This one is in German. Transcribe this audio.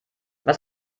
was